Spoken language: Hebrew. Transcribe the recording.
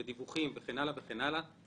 לדיווחים וכן הלאה וכן הלאה.